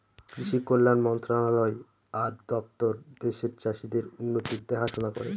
কৃষি কল্যাণ মন্ত্রণালয় আর দপ্তর দেশের চাষীদের উন্নতির দেখাশোনা করে